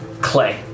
clay